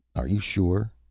are you sure?